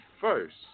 first